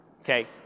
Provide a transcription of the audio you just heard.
okay